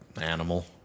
Animal